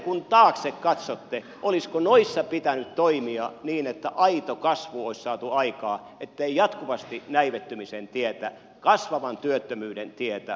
kun taakse katsotte olisiko noissa pitänyt toimia niin että aito kasvu olisi saatu aikaan ettei jatkuvasti näivettymisen tietä kasvavan työttömyyden tietä tarvitsisi kulkea